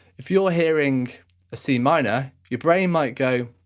if you're hearing a c minor, your brain might go,